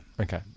Okay